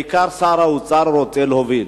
בעיקר שר האוצר, רוצה להוביל.